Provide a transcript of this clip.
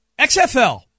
XFL